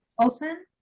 Olson